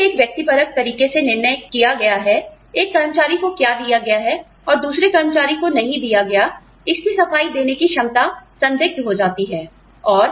यदि एक व्यक्तिपरक तरीके से निर्णय किया गया है एक कर्मचारी को क्या दिया गया है और दूसरे कर्मचारी को नहीं दिया गया इसकी सफाई देने की क्षमता संदिग्ध हो जाती है